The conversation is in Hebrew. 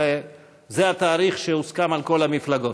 זה התאריך שהוסכם על כל המפלגות.